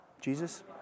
Jesus